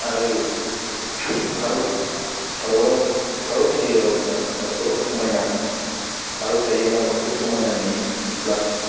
आरो फारौ फारौ फिसियोबा जोंहा न'खराव समायना फारौ थायोबा न'खराव समायना नुयो प्लास